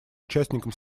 участником